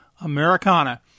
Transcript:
Americana